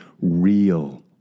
real